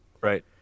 Right